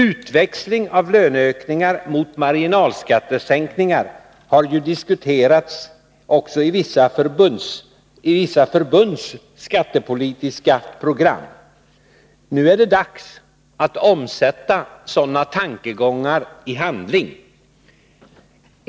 Utväxling av löneökningar mot marginalskattesänkningar har ju diskuterats också i vissa förbunds skattepolitiska program. Nu är det dags att omsätta sådana tankegångar i handling.